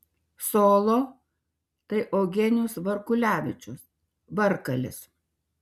solo tai eugenijus varkulevičius varkalis